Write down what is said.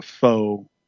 faux